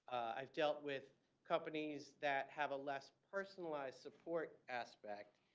i've dealt with companies that have a less personalized support aspect.